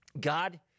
God